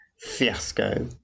fiasco